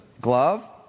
Glove